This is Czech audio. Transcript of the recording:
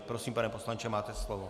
Prosím, pane poslanče, máte slovo.